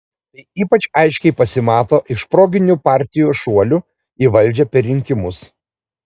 tai ypač aiškiai pasimato iš proginių partijų šuolių į valdžią per rinkimus